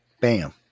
bam